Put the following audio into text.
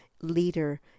leader